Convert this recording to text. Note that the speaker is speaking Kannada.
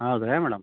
ಹೌದ್ರಾ ಮೇಡಮ್